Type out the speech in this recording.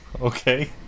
Okay